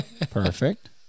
Perfect